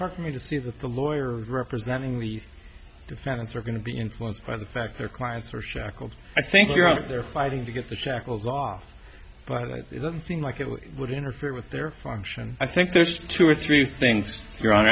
hard for me to see that the lawyer representing the defendants are going to be influenced by the fact their clients are shackled i think you're out there fighting to get the tackles off but it seems like it would interfere with their function i think there's two or three things you're on